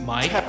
Mike